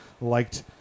liked